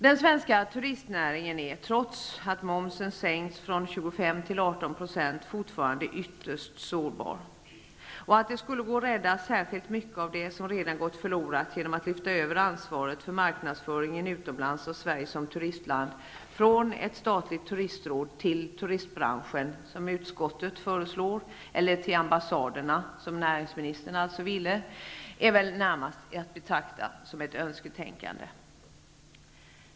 Den svenska turistnäringen är, trots att momsen sänkts från 25 till 18 %, fortfarande ytterst sårbar. Att det skulle gå att rädda särskilt mycket av det som redan gått förlorat genom att lyfta över ansvaret för marknadsföringen utomlands av Sverige som turistland från ett statligt turistråd till turistbranschen, som utskottet föreslår, eller till ambassaderna, som näringsministern vill, är väl närmast att betrakta som önsketänkande.